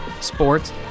sports